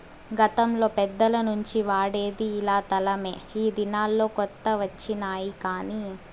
గతంలో పెద్దల నుంచి వాడేది ఇలా తలమే ఈ దినాల్లో కొత్త వచ్చినాయి కానీ